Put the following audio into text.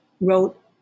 wrote